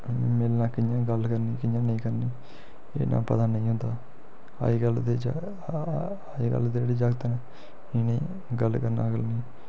मिलना कियां गल्ल करनी कियां नेईं करनी एह् इन्ना पता निं होंदा अज्जकल दे अज्जकल दे जेह्ड़े जागत न इ'नें गल्ल करना अकल नी